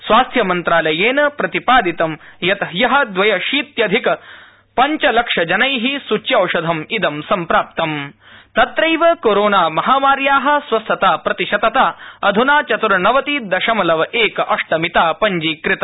स्वस्थ्य मन्त्रालयेन प्रतिपादितं यत ह्य द्व्यशीत्यधिक पंचलक्षजनै सूच्यौषधम इदं सम्प्राप्तम तत्रैव कोरोना महामार्या स्वस्थता प्रतिशतता अध्ना चत्नवति दशमलव एक अष्टमिता पंजीकृता